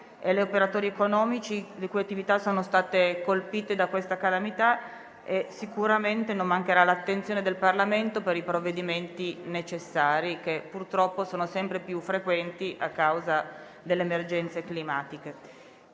operatori economici, le cui attività sono state colpite da questa calamità. Sicuramente non mancherà l'attenzione del Parlamento per i provvedimenti necessari, che purtroppo sono sempre più frequenti a causa delle emergenze climatiche.